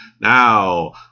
Now